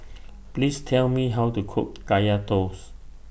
Please Tell Me How to Cook Kaya Toast